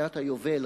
שנת היובל,